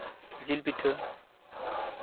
ᱡᱤᱞ ᱯᱤᱴᱷᱟᱹ